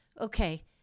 Okay